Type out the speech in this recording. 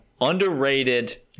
underrated